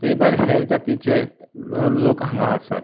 ते भायर हेर जातीचे लोक हांगां आसात